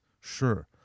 Sure